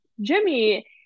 Jimmy